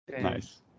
Nice